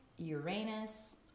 Uranus